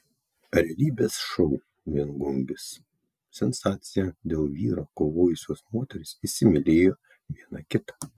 realybės šou viengungis sensacija dėl vyro kovojusios moterys įsimylėjo viena kitą